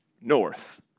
north